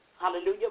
Hallelujah